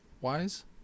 wise